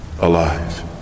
alive